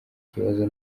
kibazo